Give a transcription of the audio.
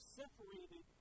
separated